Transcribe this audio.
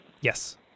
Yes